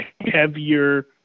heavier